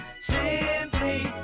simply